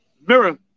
mirror